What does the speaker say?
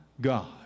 God